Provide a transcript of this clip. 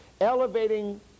elevating